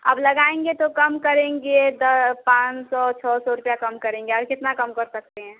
अब लगाएँगे तो कम करेंगे द पान सौ छः सौ रुपया कम करेंगे और कितना कम कर सकते हैं